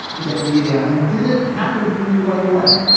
to get media? and did it happen for you right away?